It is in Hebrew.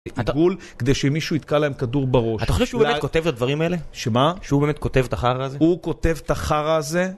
כדי שמישהו יתקע להם כדור בראש. אתה חושב שהוא באמת כותב את הדברים האלה? שמה? שהוא באמת כותב את החרא הזה? הוא כותב את החרא הזה